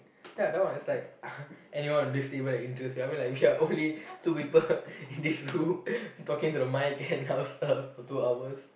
ya that one is like anyone in this table that interest you I mean like if there are only two people in this room talking to the mic and our stuff for two hours